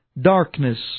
darkness